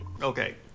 Okay